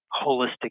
holistic